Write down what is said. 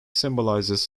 symbolizes